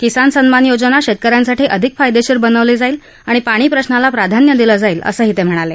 किसान सन्मान योजना शेतकऱ्यांसाठी अधिक फायदेशीर बनवली जाईल आणि पाणी प्रशाला प्राधान्य दिलं जाईल असं मोदी म्हणाले